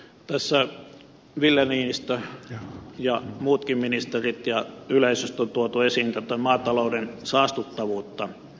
tässä ville niinistö ja muutkin ministerit sekä myös yleisö ovat tuoneet esiin maatalouden saastuttavuutta